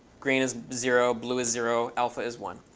green is zero. blue is zero. alpha is one.